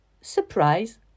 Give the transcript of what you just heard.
surprise